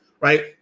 right